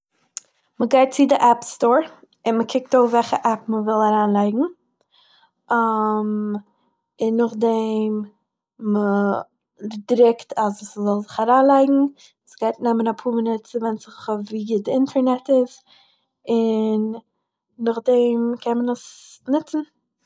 מ'גייט צו די עפפ סטור און מען קוקט אויף וועלכע עפפ מען וויל אריינלייגן און נאכדעם מ'דריקט אז ס'זאל זיך אריינלייגן, ס'גייט נעמען א פאר מינוט ס'ווענדט זיך אויף ווי די אינטערנעט איז און נאכדעם קען מען עס ניצן